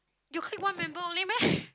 you click one member only meh